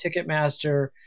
Ticketmaster